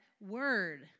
Word